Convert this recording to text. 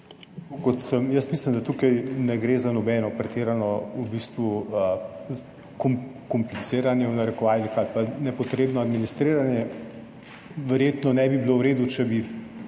Mislim, da tu ne gre za nobeno pretirano »kompliciranje«, v narekovajih, ali pa nepotrebno administriranje. Verjetno ne bi bilo v redu, če bi